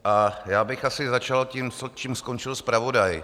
A já bych asi začal tím, čím skončil zpravodaj.